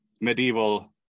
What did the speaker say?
medieval